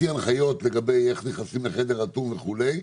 פיקוד העורף הוציא הנחיות לגבי איך נכנסים לחדר אטום וכולי,